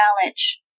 challenge